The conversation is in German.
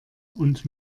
und